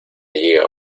llega